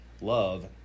Love